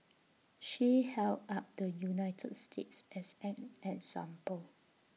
she held up the united states as an example